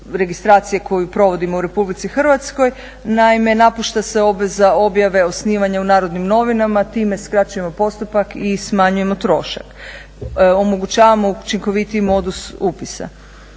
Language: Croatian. registracije koju provodimo u Republici Hrvatskoj. Naime, napušta se obveza objave osnivanja u Narodnim novinama, time skraćujemo postupak i smanjujemo trošak. Omogućavamo učinkovitiji modus upisa.